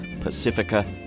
Pacifica